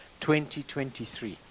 2023